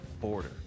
border